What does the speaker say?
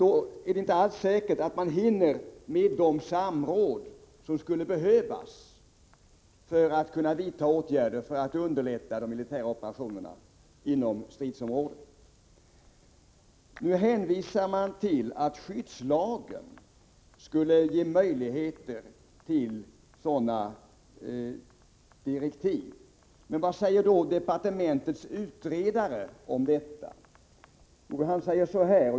Då är det inte alls säkert att man hinner med det samråd som skulle behövas, för att kunna vidta åtgärder som underlättar de militära operationerna inom stridsområdet. Nu hänvisar man till att skyddslagen skulle ge möjligheter till sådana direktiv. Vad säger då departementets utredare om detta?